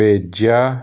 ਭੇਜਿਆ